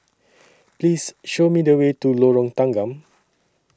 Please Show Me The Way to Lorong Tanggam